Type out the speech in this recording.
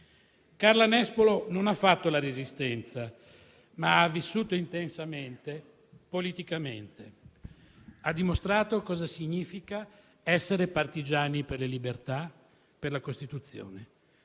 Carla Nespolo non ha fatto la Resistenza, ma ha vissuto intensamente e politicamente; ha dimostrato cosa significa essere partigiani per le libertà, per la Costituzione.